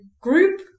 group